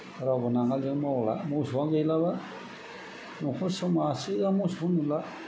रावबो नांगोलजों मावला मोसौआनो गैलाब्ला न'खरसेआव मासेआ मोसौआनो नुला